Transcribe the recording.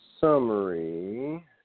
summary